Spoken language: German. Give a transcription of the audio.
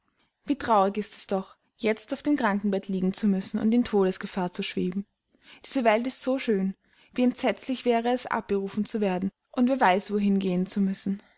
wie traurig ist es doch jetzt auf dem krankenbett liegen zu müssen und in todesgefahr zu schweben diese welt ist so schön wie entsetzlich wäre es abberufen zu werden und wer weiß wohin gehen zu müssen